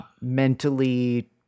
mentally